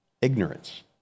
Ignorance